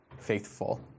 faithful